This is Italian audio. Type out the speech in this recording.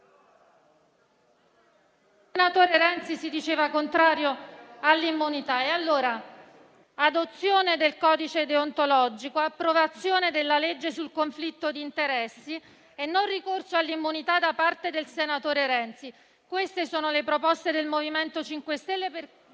Il senatore Renzi si diceva contrario all'immunità. E allora: adozione del codice deontologico, approvazione della legge sul conflitto di interessi e non ricorso all'immunità da parte del senatore Renzi. Queste sono le proposte del MoVimento 5 Stelle